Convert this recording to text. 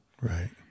Right